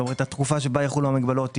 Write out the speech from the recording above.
התקופה בה יחולו המגבלות,